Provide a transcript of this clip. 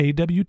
AWT